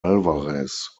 alvarez